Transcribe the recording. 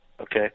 okay